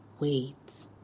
Wait